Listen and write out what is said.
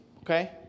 Okay